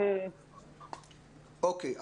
אני אתן את הבמה --- אוקיי,